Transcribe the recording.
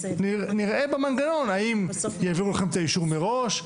נראה במנגנון האם יעבירו לכם את האישור מראש,